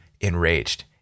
enraged